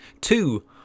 Two